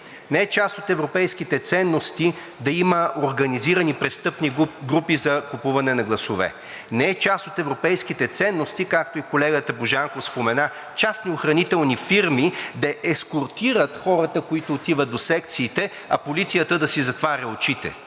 не е част от европейските ценности да има организирани престъпни групи за купуване на гласове. Не е част от европейските ценности, както и колегата Божанков спомена, частни охранителни фирми да ескортират хората, които отиват до секциите, а полицията да си затваря очите.